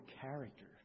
character